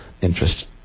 interest